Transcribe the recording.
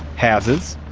houses,